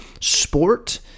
sport